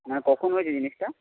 হ্যাঁ কখন হয়েছে জিনিসটা